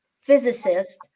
physicist